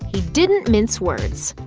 he didn't mince words.